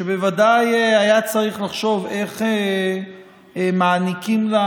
ובוודאי היה צריך לחשוב איך מעניקים לה